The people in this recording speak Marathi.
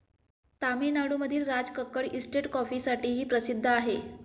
तामिळनाडूतील राजकक्कड इस्टेट कॉफीसाठीही प्रसिद्ध आहे